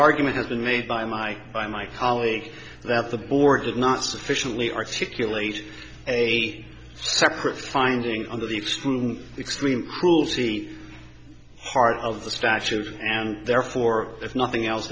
argument has been made by my by my colleague that the board did not sufficiently articulate a separate finding under the extreme extreme cruelty part of the statute and therefore if nothing else